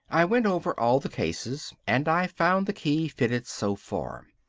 i went over all the cases, and i found the key fitted so far.